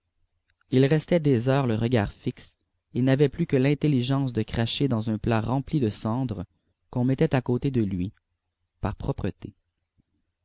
il restait des heures le regard fixe il n'avait plus que l'intelligence de cracher dans un plat rempli de cendre qu'on mettait à côté de lui par propreté